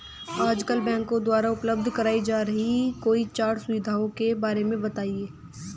आजकल बैंकों द्वारा उपलब्ध कराई जा रही कोई चार सुविधाओं के बारे में बताइए?